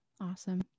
awesome